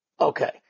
Okay